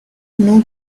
know